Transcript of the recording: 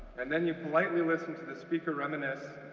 and then you politely listen to the speaker reminisce,